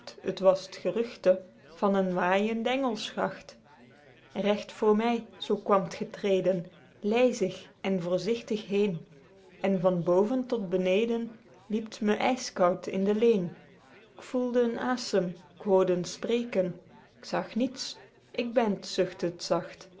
het was t geruchte van een waeijende engelschacht regt voor my zoo kwam t getreden lyzig en voorzigtig heen en van boven tot beneden liep het me yskoud in de leên guido gezelle vlaemsche dichtoefeningen k voelde een asem k hoorde een spreken k zag niets ik ben t zuchtte t zacht